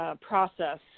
process